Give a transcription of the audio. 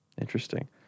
Interesting